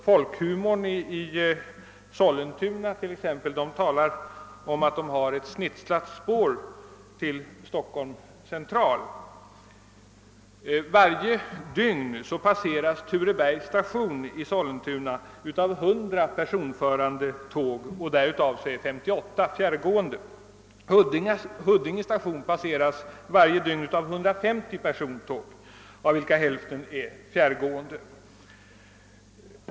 Folkhumorn i Sollentuna talar om att det går ett snitslat spår till Stockholms central. Varje dygn passeras Turebergs station i Sollentuna av 100 persontåg, varav 58 fjärrgående. Huddinge station passeras varje dygn av 150 persontåg, av vilka hälften är fjärrgående.